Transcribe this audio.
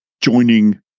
joining